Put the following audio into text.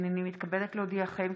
הינני מתכבדת להודיעכם,